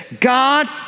God